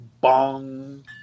bong